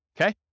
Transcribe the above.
Okay